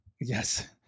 Yes